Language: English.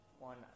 one